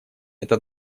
это